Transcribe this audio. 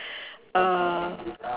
uh